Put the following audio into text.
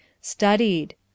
studied